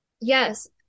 Yes